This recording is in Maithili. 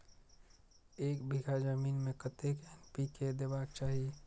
एक बिघा जमीन में कतेक एन.पी.के देबाक चाही?